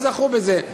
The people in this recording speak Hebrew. הם זכו בזה.